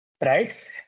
right